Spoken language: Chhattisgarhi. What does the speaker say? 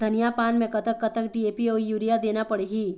धनिया पान मे कतक कतक डी.ए.पी अऊ यूरिया देना पड़ही?